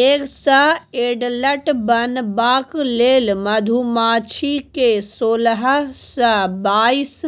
egg सँ adult बनबाक लेल मधुमाछी केँ सोलह सँ बाइस